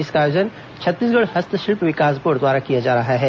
इसका आयोजन छत्तीसगढ़ हस्तशिल्प विकास बोर्ड द्वारा किया जा रहा है